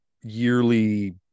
yearly